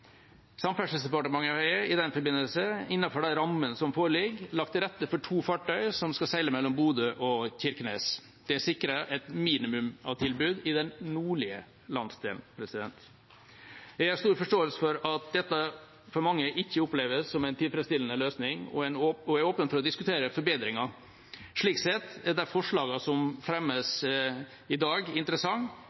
Samferdselsdepartementet har i den forbindelse, innenfor de rammene som foreligger, lagt til rette for to fartøy som skal seile mellom Bodø og Kirkenes. Det sikrer et minimum av tilbud i den nordlige landsdelen. Jeg har stor forståelse for at dette for mange ikke oppleves som en tilfredsstillende løsning, og er åpen for å diskutere forbedringer. Slik sett er de forslagene som fremmes i dag,